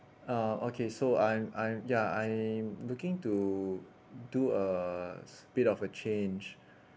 uh okay so I'm I'm ya I'm looking to do a bit of a change